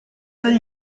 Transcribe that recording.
del